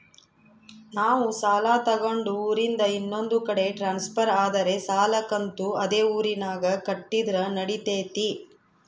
ನಾವು ಸಾಲ ತಗೊಂಡು ಊರಿಂದ ಇನ್ನೊಂದು ಕಡೆ ಟ್ರಾನ್ಸ್ಫರ್ ಆದರೆ ಸಾಲ ಕಂತು ಅದೇ ಊರಿನಾಗ ಕಟ್ಟಿದ್ರ ನಡಿತೈತಿ?